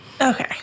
okay